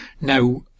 Now